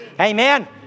Amen